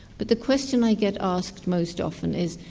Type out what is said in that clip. but the question i get asked most often is,